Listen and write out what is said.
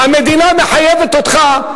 המדינה מחייבת אותך,